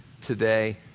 today